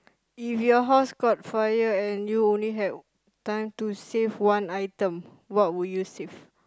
if your house got fire and you only have time to save one item what would you save